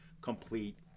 complete